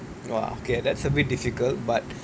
!wah! okay that's a bit difficult but